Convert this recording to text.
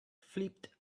flipped